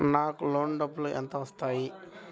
నాకు లోన్ డబ్బులు ఎంత వస్తాయి?